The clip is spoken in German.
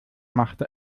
machte